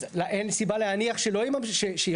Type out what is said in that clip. אז אין סיבה להניח שיפלו.